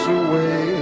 away